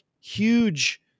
huge